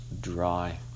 dry